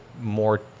more